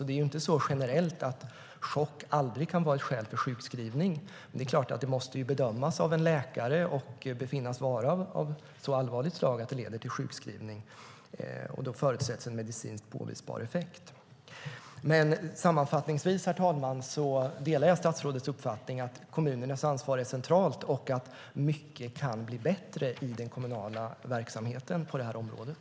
Det är inte så att chock generellt aldrig kan vara ett skäl för sjukskrivning. Det måste bedömas av en läkare och befinnas vara av så allvarligt slag att det leder till sjukskrivning. Då förutsätts en medicinskt påvisbar effekt. Herr talman! Sammanfattningsvis delar jag statsrådets uppfattning att kommunernas ansvar är centralt och att mycket kan bli bättre i den kommunala verksamheten på det här området.